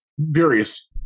various